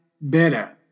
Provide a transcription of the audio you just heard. better